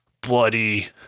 bloody